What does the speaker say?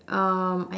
um